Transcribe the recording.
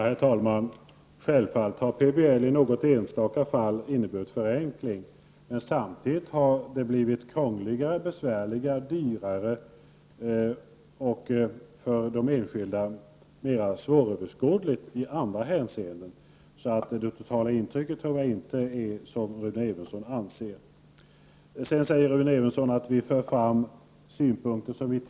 Herr talman! Självfallet har PBL i något enstaka fall inneburit förenkling. Men samtidigt har det blivit krångligare, besvärligare, dyrare och mer svåröverskådligt i andra hänseenden för de enskilda fastighetsägarna. Det totala intrycket av PBL tror jag därför inte är det Rune Evensson anser. Rune Evensson säger sedan att vi för fram gamla synpunkter.